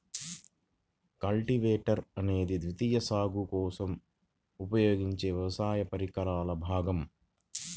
cultivator అనేది ద్వితీయ సాగు కోసం ఉపయోగించే వ్యవసాయ పరికరాల భాగం